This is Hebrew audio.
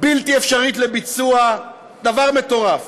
בלתי אפשרית לביצוע, דבר מטורף.